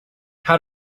how